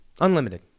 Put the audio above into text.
Unlimited